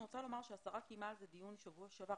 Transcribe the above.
אני רוצה לומר שהשרה קיימה על זה דיון בשבוע שעבר,